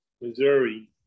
Missouri